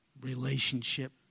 Relationship